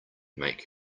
make